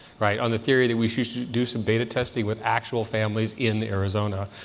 right, on the theory that we should do some beta testing with actual families, in arizona.